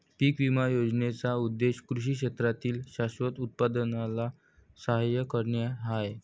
पीक विमा योजनेचा उद्देश कृषी क्षेत्रातील शाश्वत उत्पादनाला सहाय्य करणे हा आहे